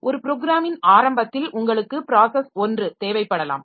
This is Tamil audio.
ஒரு ப்ரோக்ராமின் ஆரம்பத்தில் உங்களுக்கு ப்ராஸஸ் 1 தேவைப்படலாம்